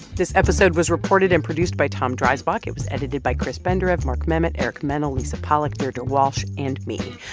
this episode was reported and produced by tom dreisbach. it was edited by chris benderev, mark memmott, eric mennel, lisa pollak, deirdre walsh and me.